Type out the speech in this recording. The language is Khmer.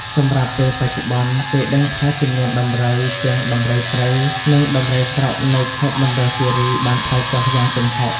សម្រាប់ពេលបច្ចុប្បន្ន គេដឹងថាចំនួនដំរី ទាំងដំរីព្រៃ និងដំរីស្រុកនៅខេត្តមណ្ឌលគិរីបានថយចុះយ៉ាងគំហុក។